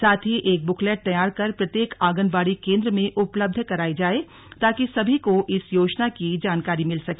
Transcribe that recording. साथ ही एक बुकलैट तैयार कर प्रत्येक आंगनबाड़ी केन्द्र में उपलब्ध कराया जाय ताकि सभी को इस योजना की जानकारी मिल सके